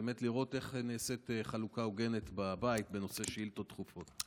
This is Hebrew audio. באמת לראות איך נעשית חלוקה הוגנת בבית בנושא שאילתות דחופות.